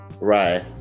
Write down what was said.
right